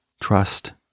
trust